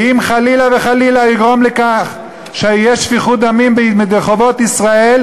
שאם חלילה וחלילה הוא יגרום לכך שתהיה שפיכות דמים ברחובות ישראל,